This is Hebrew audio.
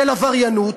של עבריינות,